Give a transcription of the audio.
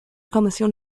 kommission